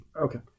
Okay